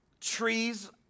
trees